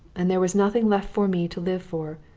and there was nothing left for me to live for,